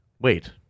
Wait